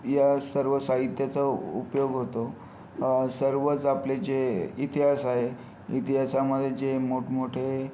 ह्या सर्व साहित्याचा उपयोग होतो सर्वच आपले जे इतिहास आहे इतिहासामध्ये जे मोठमोठे